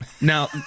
Now